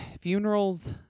Funerals